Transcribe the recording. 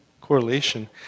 correlation